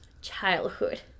childhood